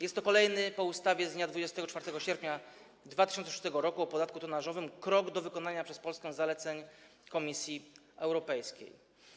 Jest to kolejny po ustawie z dnia 24 sierpnia 2006 r. o podatku tonażowym krok do wykonania przez Polskę zaleceń Komisji Europejskiej.